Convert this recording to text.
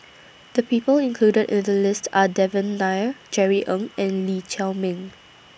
The People included in The list Are Devan Nair Jerry Ng and Lee Chiaw Meng